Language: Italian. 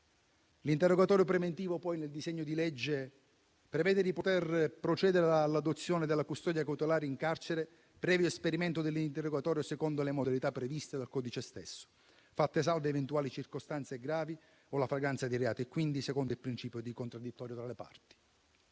L'interrogatorio preventivo, poi, nel disegno di legge prevede di poter procedere all'adozione della custodia cautelare in carcere, previo esperimento dell'interrogatorio, secondo le modalità previste dal codice stesso, fatte salve eventuali circostanze gravi o la flagranza di reati: quindi, secondo il principio di contraddittorio tra le parti.